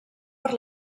per